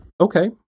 Okay